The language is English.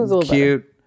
cute